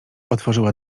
otworzyła